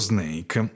Snake